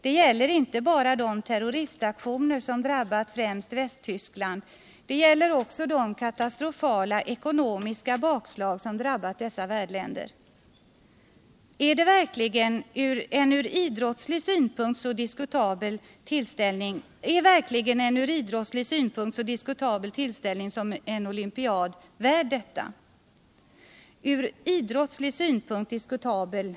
Det gäller inte bara de terroristaktioner som drabbat främst Västtyskland. Det gäller ockå de katastrofala ekonomiska bakslag som drabbat spelens värdländer. Är verkligen en från idrottslig synpunkt så diskutabel tillställning som en olympiad värd detta? Från idrottslig synpunkt diskutabel.